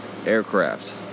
aircraft